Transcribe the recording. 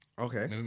Okay